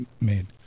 made